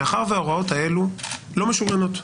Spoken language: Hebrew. מאחר שההוראות האלה לא משוריינות.